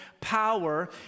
power